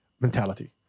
mentality